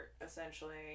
essentially